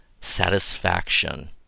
satisfaction